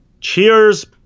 Cheers